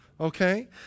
Okay